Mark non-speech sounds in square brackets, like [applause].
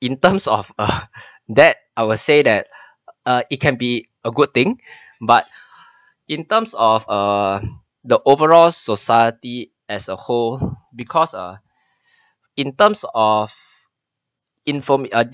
in terms of uh [breath] that I will say that uh it can be a good thing but in terms of err the overall society as a whole because err in terms of informed [noise]